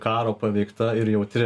karo paveikta ir jautri